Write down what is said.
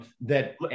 that-